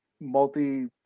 multi